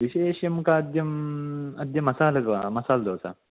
विशेषं खाद्यम् अद्य मसालद्वा मसाल्दोसा